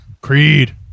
Creed